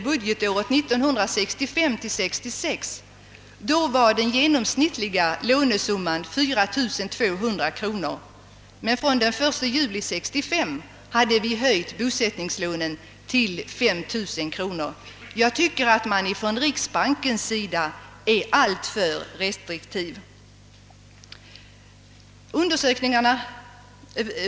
Budgetåret 1965/66 var den genomsnittliga lånesumman 4237 kronor, men från den 1 juli 1965 hade vi höjt bosättningslånen till 5000 kronor. Jag tycker att man från riksbankens sida är alltför restriktiv.